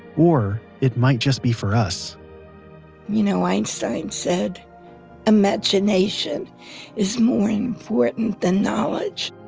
or, it might just be for us you know einstein said imagination is more important than knowledge.